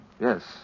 yes